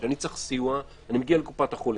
כשאני צריך סיוע, אני מגיע לקופת החולים.